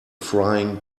frying